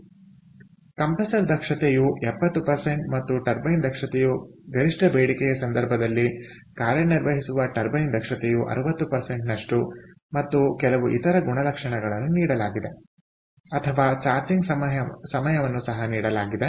ಆದ್ದರಿಂದ ಕಂಪ್ರೆಸರ್ ದಕ್ಷತೆಯು 70 ಮತ್ತು ಟರ್ಬೈನ್ ದಕ್ಷತೆಯುಗರಿಷ್ಠ ಬೇಡಿಕೆಯ ಸಂದರ್ಭದಲ್ಲಿ ಕಾರ್ಯನಿರ್ವಹಿಸುವ ಟರ್ಬೈನ್ ದಕ್ಷತೆಯು 60 ನಷ್ಟು ಮತ್ತು ಕೆಲವು ಇತರ ಗುಣಲಕ್ಷಣಗಳನ್ನು ನೀಡಲಾಗಿದೆ ಅಥವಾ ಚಾರ್ಜಿಂಗ್ ಸಮಯವನ್ನು ಸಹ ನೀಡಲಾಗಿದೆ